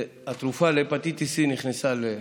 התרופה להפטיטיס C נכנסה לסל.